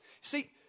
See